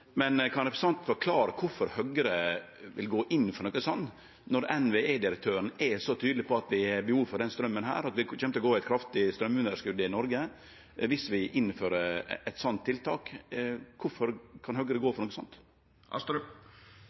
Kan representanten forklare kvifor Høgre vil gå inn for noko slikt når NVE-direktøren er så tydeleg på at vi har behov for straumen her, og at det kjem til å verte eit kraftig straumunderskot i Noreg viss vi innfører eit slikt tiltak? Kvifor vil Høgre gå inn for noko